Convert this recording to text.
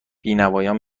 بینوایان